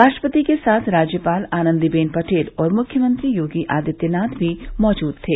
राष्ट्रपति के साथ राज्यपाल आनंदीबेन पटेल और मुख्यमंत्री योगी आदित्यनाथ भी मौजूद थे